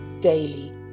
daily